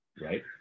right